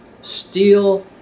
steel